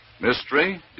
mystery